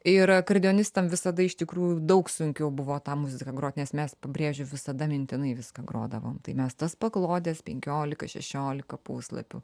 ir akordeonistam visada iš tikrųjų daug sunkiau buvo tą muziką grot nes mes pabrėžiu visada mintinai viską grodavom tai mes tas paklodes penkiolika šešiolika puslapių